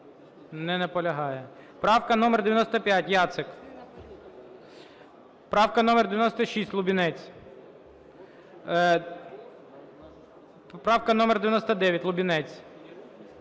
Не наполягає. Правка номер 95. Яцик. Правка номер 96, Лубінець. Поправка номер 99, Лубінець.